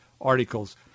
articles